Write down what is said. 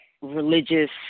religious